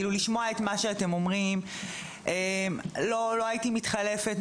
אני שומעת את דבריכם, לא הייתי מתחלפת איתכם.